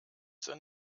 zur